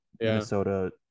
Minnesota